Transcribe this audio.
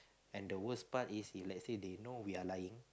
and the worst part is if let's say they know that we are lying